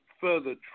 further